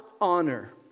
honor